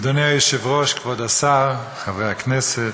אדוני היושב-ראש, כבוד השר, חברי הכנסת,